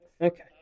Okay